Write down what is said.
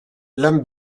lan